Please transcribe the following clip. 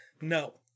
no